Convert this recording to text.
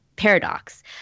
Paradox